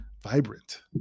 Vibrant